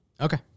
Okay